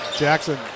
Jackson